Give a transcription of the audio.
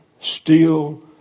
steel